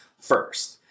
first